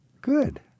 Good